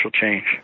change